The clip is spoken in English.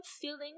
feeling